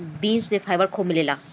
beans में fibre खूब मिलेला